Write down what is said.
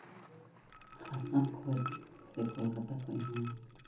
ᱟᱥᱟᱢ ᱠᱷᱚᱡ ᱥᱮ ᱠᱳᱞᱠᱟᱛᱟ ᱠᱷᱚᱡ ᱦᱚᱸ